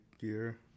gear